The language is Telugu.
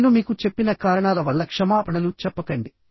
నేను మీకు చెప్పిన కారణాల వల్ల క్షమాపణలు చెప్పకండి